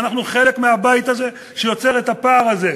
אנחנו חלק מהבית הזה שיוצר את הפער הזה.